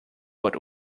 but